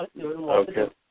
Okay